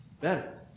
better